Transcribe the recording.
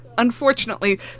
Unfortunately